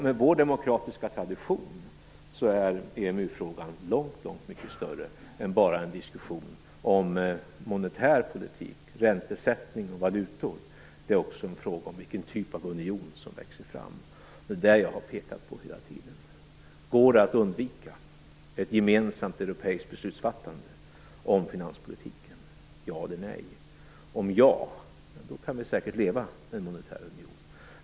Med vår demokratiska tradition är EMU-frågan mycket större än bara en diskussion om monetär politik, räntesättning och valutor. Det är också en fråga om vilken typ av union som växer fram. Det har jag pekat på hela tiden. Går det att undvika ett gemensamt europeiskt beslutsfattande om finanspolitiken - ja eller nej? Om svaret är ja kan vi säkert leva med en monetär union.